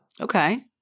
Okay